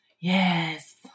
yes